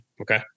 Okay